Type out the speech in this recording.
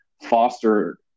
foster